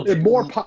more